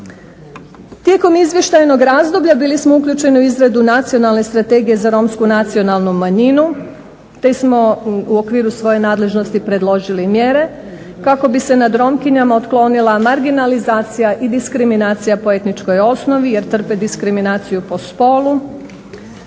Tijekom izvještajnog razdoblja bili smo uključeni u izradu Nacionalne strategije za romsku nacionalnu manjinu, te smo u okviru svoje nadležnosti predložili i mjere kako bi se nad Romkinjama otklonila marginalizacija i diskriminacija po etničkoj osnovi jer trpe diskriminaciju po spolu